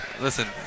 Listen